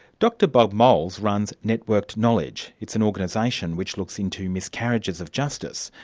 dr bob moles runs networked knowledge. it's an organisation which looks into miscarriages of justice,